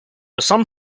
some